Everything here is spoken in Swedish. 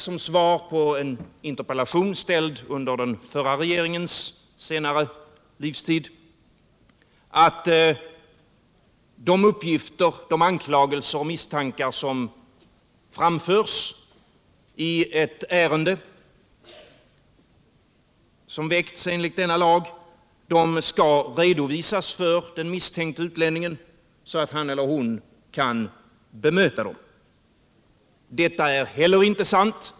Som svar på en interpellation, ställd under den förra regeringens senare tid, har det sagts att de uppgifter, anklagelser och misstankar som framförts i ett ärende som väckts enligt denna lag skall redovisas för den misstänkte utlänningen, så att han eller hon kan bemöta dem. Detta är inte heller sant.